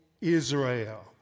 Israel